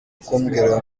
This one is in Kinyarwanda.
kumbwira